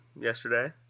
yesterday